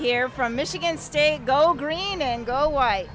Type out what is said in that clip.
hear from michigan state go green and go why